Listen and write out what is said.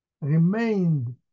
remained